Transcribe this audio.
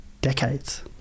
decades